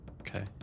Okay